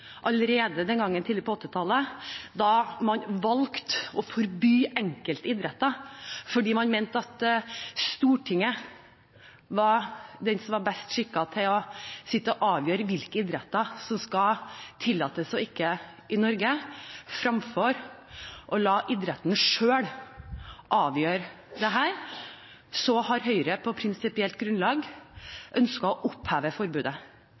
Allerede den gangen, tidlig på 1980-tallet, da man valgte å forby enkelte idretter fordi man mente at Stortinget var best skikket til å avgjøre hvilke idretter som skal tillates eller ikke i Norge, fremfor å la idretten selv avgjøre dette, har Høyre på prinsipielt grunnlag ønsket å oppheve forbudet,